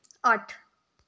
ਅੱਠ